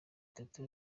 itatu